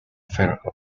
fareham